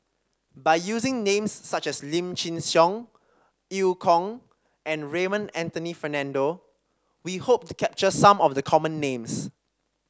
by using names such as Lim Chin Siong Eu Kong and Raymond Anthony Fernando we hope to capture some of the common names